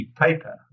paper